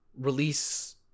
release